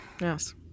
yes